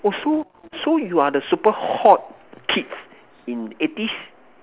oh so so you are the super hot kids in eighties